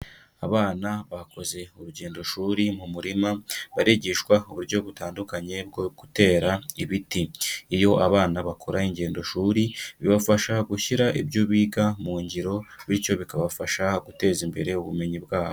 Abana bakoze urugendo shuri mu murima, barigishwa uburyo butandukanye bwo gutera ibiti, iyo abana bakora ingendoshuri bibafasha gushyira ibyo biga mu ngiro, bityo bikabafasha guteza imbere ubumenyi bwabo.